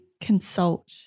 consult